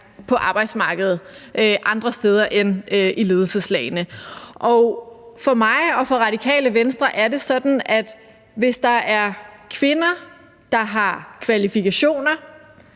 på arbejdsmarkedet andre steder end i ledelseslagene. Og for mig og for Radikale Venstre er det sådan, at hvis der er kvinder, der har kvalifikationer